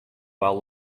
while